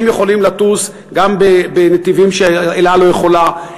הם יכולים לטוס גם בנתיבים ש"אל על" לא יכולה,